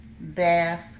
bath